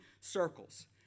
circles